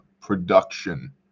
production